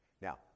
Now